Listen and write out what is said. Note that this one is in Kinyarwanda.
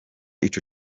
ico